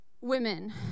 women